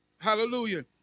Hallelujah